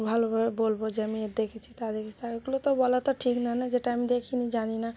ভালোভাবে বলব যে আমি এর দেখেছি তার দেখেছি তা এগুলো তো বলা তো ঠিক নয় না যেটা আমি দেখিনি জানি না